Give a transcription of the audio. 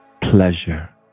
pleasure